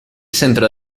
centro